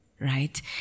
Right